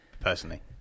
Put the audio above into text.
personally